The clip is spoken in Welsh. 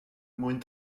mwyn